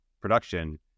production